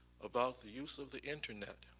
about the use of the internet.